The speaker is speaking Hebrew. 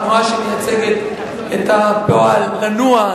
תנועה שמייצגת את הפועל "לנוע",